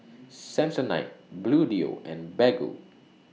Samsonite Bluedio and Baggu